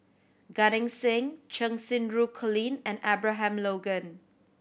Gan Eng Seng Cheng Xinru Colin and Abraham Logan